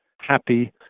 happy